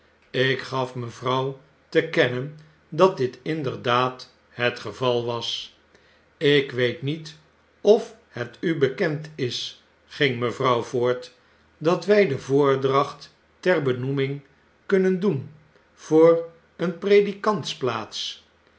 ik gaf mevrouw te kennen dat dit inderdaad het geval was ik weet niet of het u bekend is ging mevrouw voort dat wy de voordracht ter benoeming kunnen doen voor een